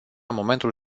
momentul